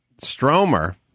Stromer